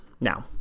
now